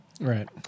Right